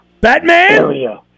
Batman